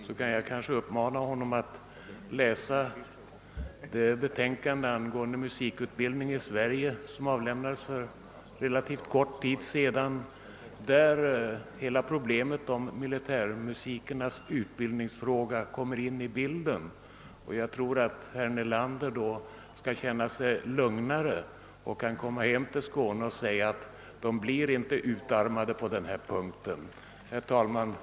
Jag kanske kan uppmana honom att läsa det betänkande angående musikerutbildning i Sverige, som avlämnades för relativt kort tid sedan och där hela problemet om militärmusikerna kommer in i bilden. Jag tror att herr Nelander då skall känna sig lugnare och kan komma hem till Skåne och meddela, att det inte blir någon utarmning på detta område. Herr talman!